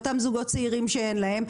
לאותם זוגות צעירים שאין להם,